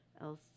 else